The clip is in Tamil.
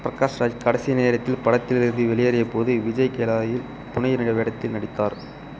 பிரகாஷ் ராஜ் கடைசி நேரத்தில் படத்தில் இருந்து வெளியேறிய போது விஜய் கேலாயில் துணை நடிகர் வேடத்தில் நடித்தார்